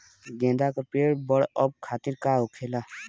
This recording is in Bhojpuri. गेंदा का पेड़ बढ़अब खातिर का होखेला?